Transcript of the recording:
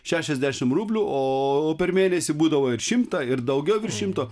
šešiasdešimt rublių o per mėnesį būdavo ir šimtą ir daugiau šimto